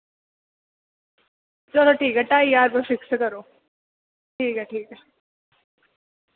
चलो ठीक ऐ ढाई ज्हार रपेआ फिक्स करो ठीक ऐ ठीक ऐ